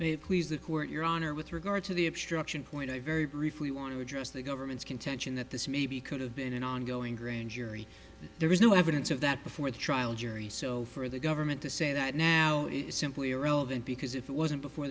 you the court your honor with regard to the obstruction point i very briefly want to address the government's contention that this maybe could have been an ongoing grand jury there is no evidence of that before the trial jury so for the government to say that now is simply irrelevant because if it wasn't before